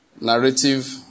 narrative